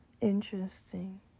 Interesting